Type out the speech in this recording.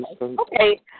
Okay